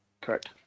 Correct